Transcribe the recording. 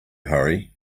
hurry